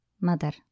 Mother